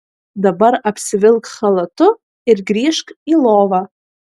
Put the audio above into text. dabar apsivilk chalatu ir grįžk į lovą